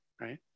right